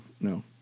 no